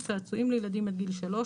צעצועים לילדים עד גיל 3,